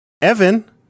Evan